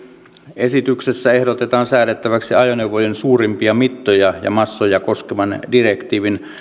esityksessä ehdotetaan säädettäväksi ajoneuvojen suurimpia mittoja ja massoja koskevan direktiivin